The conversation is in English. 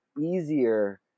easier